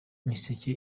miseke